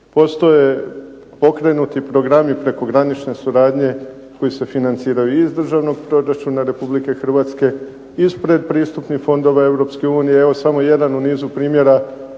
Postoje pokrenuti programi prekogranične suradnje koji se financiraju iz državnog proračuna Republike Hrvatske, iz predpristupnih fondova Europske unije. Evo samo jedan u nizu primjera